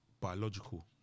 biological